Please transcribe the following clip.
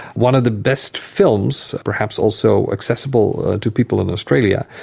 one of the best films, perhaps also accessible to people in australia,